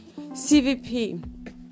CVP